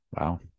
Wow